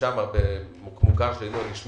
ברשתות יש